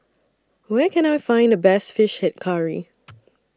Where Can I Find The Best Fish Head Curry